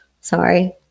Sorry